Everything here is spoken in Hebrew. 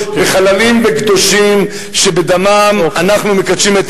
חללים וקדושים שבדמם אנחנו מקדשים את